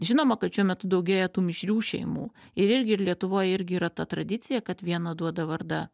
žinoma kad šiuo metu daugėja tų mišrių šeimų ir irgi ir lietuvoj irgi yra ta tradicija kad viena duoda vardą